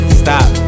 stop